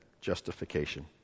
justification